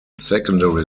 secondary